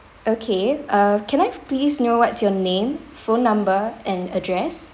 okay uh can I please know what's your name phone number and address